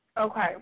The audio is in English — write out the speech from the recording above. Okay